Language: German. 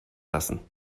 lassen